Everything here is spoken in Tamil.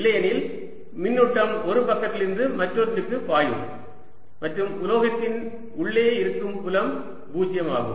இல்லையெனில் மின்னூட்டம் ஒரு பக்கத்திலிருந்து மற்றொன்றுக்கு பாயும் மற்றும் உலோகத்தின் உள்ளே இருக்கும் புலம் 0 ஆகும்